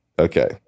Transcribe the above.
Okay